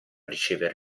ricevere